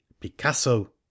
picasso